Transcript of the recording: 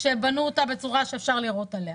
כהם שבנו אותה בצורה שאפשר לירות עליה,